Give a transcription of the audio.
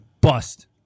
Bust